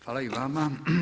Hvala i vama.